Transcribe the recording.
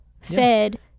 fed